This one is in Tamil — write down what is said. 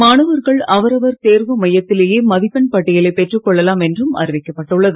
மாணவர்கள் அவரவர் தேர்வு மையத்திலேயே மதிப்பெண் பட்டியலை பெற்று கொள்ளலாம் என்றும் அறிவிக்கப்பட்டுள்ளது